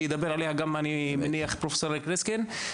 שאני מניח שפרופ' אריק ריסקין ידבר עליה.